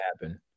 happen